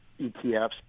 ETFs